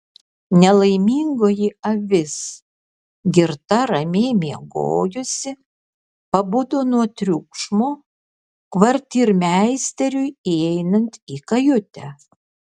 nelaimingoji avis girta ramiai miegojusi pabudo nuo triukšmo kvartirmeisteriui įeinant į kajutę